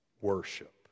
worship